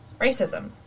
racism